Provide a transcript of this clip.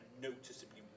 noticeably